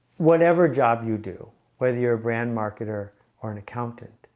whatever job you do whether you're a brand marketer or an accountant,